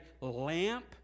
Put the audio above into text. lamp